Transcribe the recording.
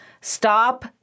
stop